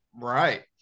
Right